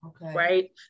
Right